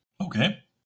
Okay